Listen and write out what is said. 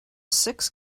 six